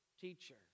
teacher